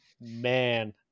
man